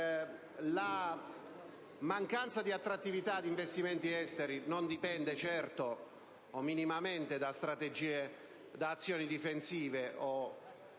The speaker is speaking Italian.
la mancanza di attrattività di investimenti esteri non dipende certo, o minimamente, da azioni difensive o